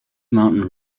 mountain